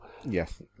Yes